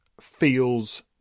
feels